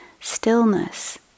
stillness